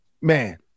man